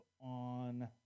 on